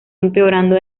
empeorando